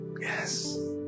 Yes